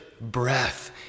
breath